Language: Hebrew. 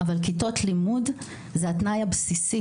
אבל כיתות לימוד זה התנאי הבסיסי